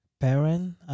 Parent